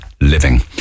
living